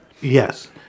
Yes